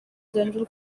general